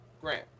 Grant